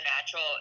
natural